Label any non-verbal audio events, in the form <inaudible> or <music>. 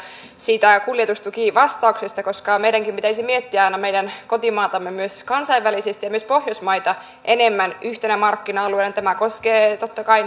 siitä kuljetustukivastauksesta koska meidänkin pitäisi aina miettiä meidän kotimaatamme myös kansainvälisesti ja myös pohjoismaita enemmän yhtenä markkina alueena tämä koskee totta kai <unintelligible>